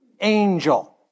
Angel